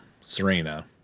Serena